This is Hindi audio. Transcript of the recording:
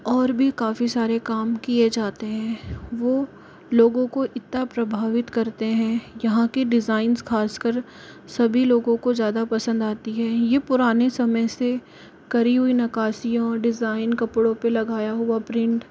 और भी काफी सारे काम किए जाते हैं वो लोगों को इतना प्रभावित करते हैं यहाँ के डिजाइंस खासकर सभी लोगों को ज़्यादा पसंद आती है यह पुराने समय से करी हुई नक्काशियाँ और डिजाइन कपड़ों पर लगाया हुआ प्रिंट